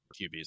QBs